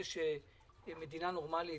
זה שמדינה נורמלית,